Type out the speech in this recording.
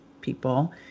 people